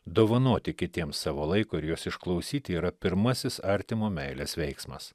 dovanoti kitiems savo laiko ir juos išklausyti yra pirmasis artimo meilės veiksmas